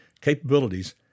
capabilities